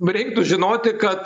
reiktų žinoti kad